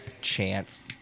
chance